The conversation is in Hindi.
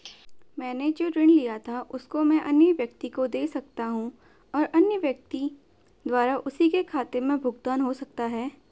मैंने जो ऋण लिया था उसको मैं अन्य व्यक्ति को दें सकता हूँ और अन्य व्यक्ति द्वारा उसी के खाते से भुगतान हो सकता है?